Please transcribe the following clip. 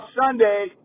Sunday